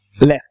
left